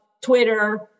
Twitter